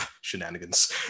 shenanigans